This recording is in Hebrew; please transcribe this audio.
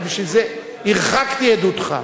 הרחקתי עדותך.